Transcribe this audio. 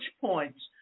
points